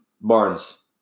Barnes